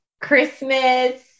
Christmas